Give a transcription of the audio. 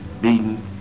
beaten